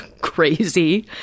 crazy